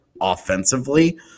offensively